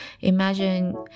Imagine